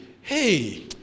hey